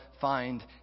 find